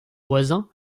voisin